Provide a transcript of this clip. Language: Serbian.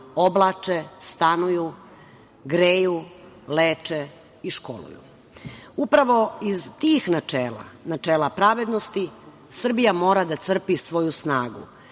oblače, stanuju, greju, leče i školuju. Upravo iz tih načela, načela pravednosti, Srbija mora da crpi svoju snagu.